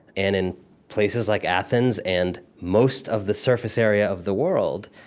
and in places like athens, and most of the surface area of the world,